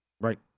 Right